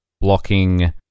blocking